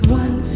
one